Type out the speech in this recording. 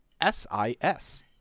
S-I-S